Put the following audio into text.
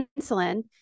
insulin